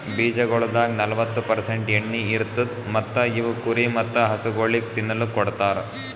ಬೀಜಗೊಳ್ದಾಗ್ ನಲ್ವತ್ತು ಪರ್ಸೆಂಟ್ ಎಣ್ಣಿ ಇರತ್ತುದ್ ಮತ್ತ ಇವು ಕುರಿ ಮತ್ತ ಹಸುಗೊಳಿಗ್ ತಿನ್ನಲುಕ್ ಕೊಡ್ತಾರ್